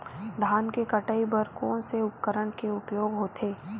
धान के कटाई बर कोन से उपकरण के उपयोग होथे?